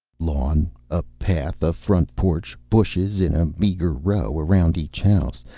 lawn, a path, a front porch, bushes in a meager row around each house.